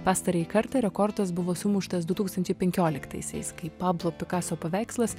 pastarąjį kartą rekordas buvo sumuštas du tūkstančiai penkioliktaisiais kai pablo pikaso paveikslas